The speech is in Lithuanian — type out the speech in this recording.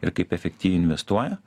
ir kaip efektyviai investuoja